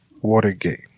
Watergate